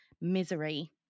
Misery